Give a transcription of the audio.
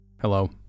Hello